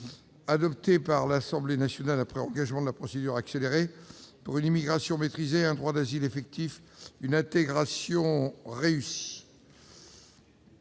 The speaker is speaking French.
adopté par l'Assemblée nationale après engagement de la procédure accélérée, pour une immigration maîtrisée, un droit d'asile effectif et une intégration réussie